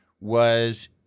was-